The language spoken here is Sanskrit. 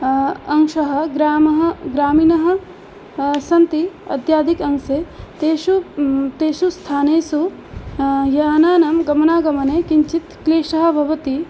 अंशः ग्रामः ग्रामीनः सन्ति अत्यधिकांशे तेषु तेषु स्थानेषु यानानां गमनागमने किञ्चित् क्लेशः भवति